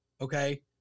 okay